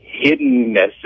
hiddenness